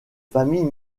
famille